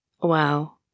Wow